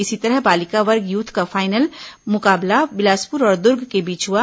इसी तरह बालिका वर्ग यूथ का फाइनल मुकाबला बिलासपुर और दुर्ग के बीच हुआ